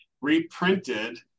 reprinted